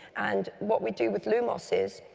and what we do with lumos is,